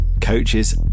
coaches